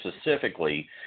specifically